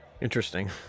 Interesting